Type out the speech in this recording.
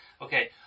Okay